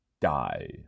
die